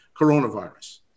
coronavirus